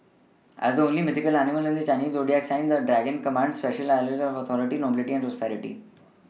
as the only mythical animal in the Chinese zodiac the dragon commands a special allure of authority nobility and prosperity